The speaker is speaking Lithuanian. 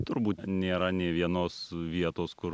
turbūt nėra nė vienos vietos kur